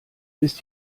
ist